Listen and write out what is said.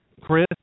Chris